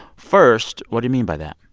first, what do you mean by that?